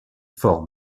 faure